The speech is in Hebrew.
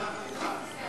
אל תדאג, אנחנו אתך.